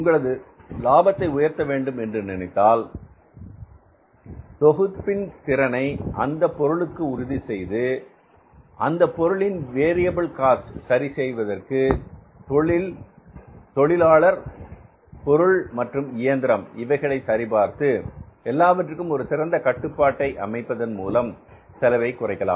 உங்களது லாபத்தை உயர்த்த வேண்டும் என்று நினைத்தால் தொகுப்பின் திறனை அந்தப் பொருளுக்கு உறுதிசெய்து அந்த பொருளின் வேரியபில் காஸ்ட் சரி செய்வதற்கு தொழிலாளர் பொருள் மற்றும் இயந்திரம் இவைகளை சரிபார்த்து எல்லாவற்றிற்கும் ஒரு சிறந்த கட்டுப்பாட்டை அமைப்பதன் மூலம் செலவைக் குறைக்கலாம்